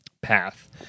path